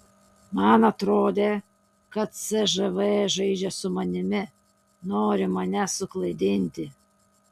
man atrodė kad cžv žaidžia su manimi nori mane suklaidinti